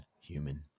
human